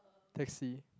taxi